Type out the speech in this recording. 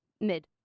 Mid